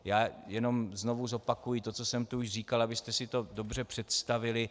Já jen znovu zopakuji to, co jsem tu už říkal, abyste si to dobře představili.